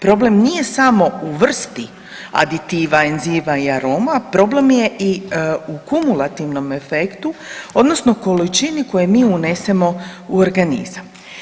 Problem nije samo u vrsti aditiva, enzima i aroma, problem je i u kumulativnom efektu, odnosno količini koju mi unesemo u organizam.